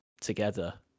together